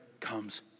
comes